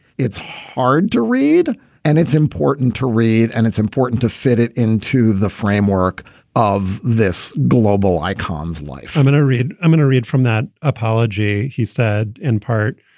it's hard to read and it's important to read. and it's important to fit it into the framework of this global icon's life i'm going to read i'm going to read from that apology. he said in part,